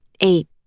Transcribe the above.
Eight